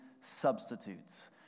substitutes